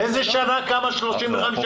באיזה שנה קם ה-35%?